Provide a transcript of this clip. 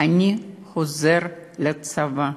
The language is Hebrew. אני חוזר לצבא,